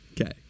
Okay